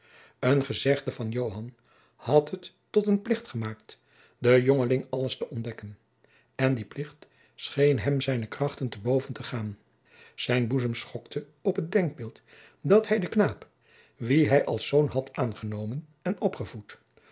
een gezegde van joan had het hem tot een plicht gemaakt den jongeling alles te ontdekken en die plicht scheen hem zijne krachten te boven te gaan zijn boezem schokte op het denkbeeld dat hij den knaap wien hij als zoon had aangenomen en opgevoed